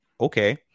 okay